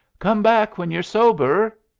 come back when you're sober!